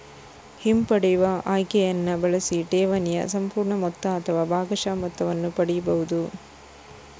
ಹಿಂಪಡೆಯುವ ಆಯ್ಕೆಯನ್ನ ಬಳಸಿ ಠೇವಣಿಯ ಸಂಪೂರ್ಣ ಮೊತ್ತ ಅಥವಾ ಭಾಗಶಃ ಮೊತ್ತವನ್ನ ಪಡೀಬಹುದು